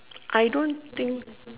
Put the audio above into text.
I don't think